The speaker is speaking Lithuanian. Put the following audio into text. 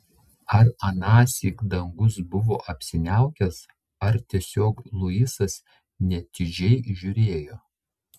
ar anąsyk dangus buvo apsiniaukęs ar tiesiog luisas neatidžiai žiūrėjo